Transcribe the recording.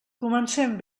comencem